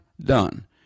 done